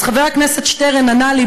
אז חבר הכנסת שטרן ענה לי,